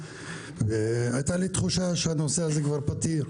והייתה לי תחושה שהנושא הזה פתיר.